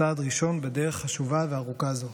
צעד ראשון בדרך חשובה וארוכה זו.